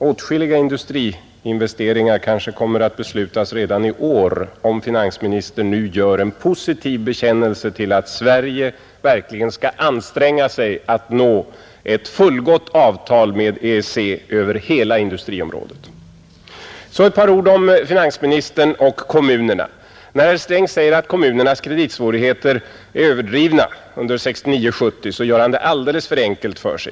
Åtskilliga industriinvesteringar kanske kommer att beslutas redan i år om finansministern nu gör en positiv bekännelse till att Sverige verkligen skall anstränga sig att nå ett fullgott avtal med EEC över hela industriområdet. Så några ord om finansministern och kommunerna. När herr Sträng säger att påståendena om kommunernas kreditsvårigheter under 1969/70 är överdrivna gör han det alldeles för enkelt för sig.